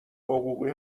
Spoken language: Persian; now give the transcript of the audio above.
حقوقی